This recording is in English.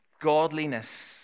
Godliness